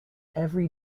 every